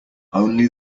only